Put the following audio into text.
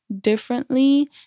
differently